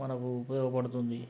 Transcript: మనకు ఉపయోగపడుతుంది